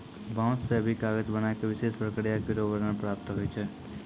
बांस सें भी कागज बनाय क विशेष प्रक्रिया केरो वर्णन प्राप्त होय छै